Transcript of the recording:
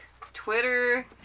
Twitter